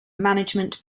management